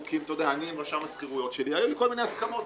עם רשם השכירויות שלי היו לי כל מיני הסכמות.